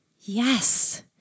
Yes